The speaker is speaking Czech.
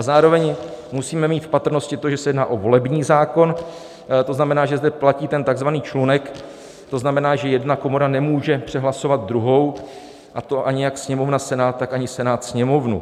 Zároveň musíme mít v patrnosti to, že se jedná o volební zákon, to znamená, že zde platí takzvaný člunek, to znamená, že jedna komora nemůže přehlasovat druhou, a to ani jak Sněmovna Senát, tak Senát Sněmovnu.